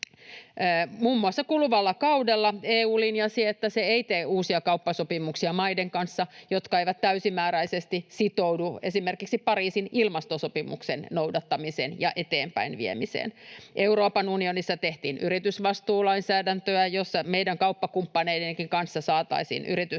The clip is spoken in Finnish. Muun muassa kuluvalla kaudella EU linjasi, että se ei tee uusia kauppasopimuksia maiden kanssa, jotka eivät täysimääräisesti sitoudu esimerkiksi Pariisin ilmastosopimuksen noudattamiseen ja eteenpäin viemiseen. Euroopan unionissa tehtiin yritysvastuulainsäädäntöä, jossa meidän kauppakumppaneidenkin kanssa saataisiin yritysketjut